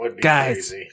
guys